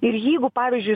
ir jeigu pavyzdžiui